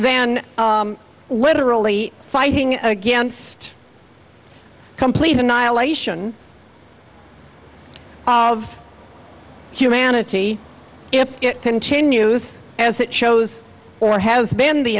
than literally fighting against complete annihilation of humanity if it continues as it shows or has been the